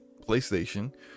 playstation